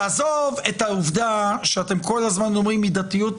תעזוב את העובדה שאתם כל הזמן אומרים: מידתיות,